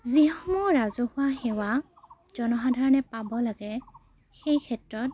যিসমূহ ৰাজহুৱা সেৱা জনসাধাৰণে পাব লাগে সেই ক্ষেত্ৰত